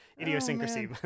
idiosyncrasy